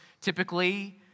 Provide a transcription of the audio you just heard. typically